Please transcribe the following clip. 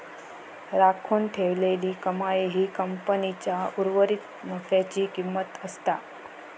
राखून ठेवलेली कमाई ही कंपनीच्या उर्वरीत नफ्याची किंमत असता